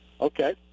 Okay